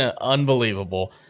unbelievable